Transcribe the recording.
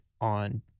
on